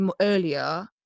earlier